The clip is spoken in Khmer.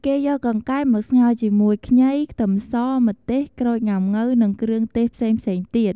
គេយកកង្កែបមកស្ងោរជាមួយ ខ្ញី ខ្ទឹមស ម្ទេស ក្រូចងាំងូវ និងគ្រឿងទេសផ្សេងៗទៀត។